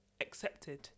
accepted